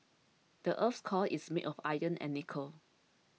the earth's core is made of iron and nickel